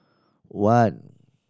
one